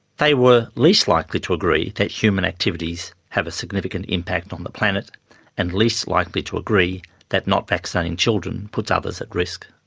they were least likely to agree that human activities have a significant impact on the planet and least likely to agree that not vaccinating children puts others at risk.